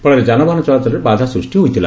ଫଳରେ ଯାନବାହାନ ଚଳାଚଳରେ ବାଧା ସୃଷ୍ଟି ହୋଇଥିଲା